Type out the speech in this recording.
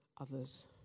others